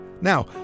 Now